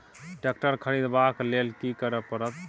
Tractor खरीदबाक लेल की करय परत?